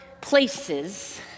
places